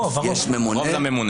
הרוב זה ממונה.